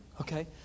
Okay